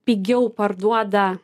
pigiau parduoda